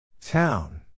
Town